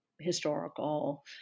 historical